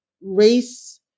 race